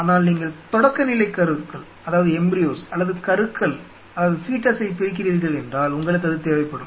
ஆனால் நீங்கள் தொடக்கநிலை கருக்கள் அல்லது கருக்களை பிரிக்கிறீர்கள் என்றால் உங்களுக்கு அது தேவைப்படும்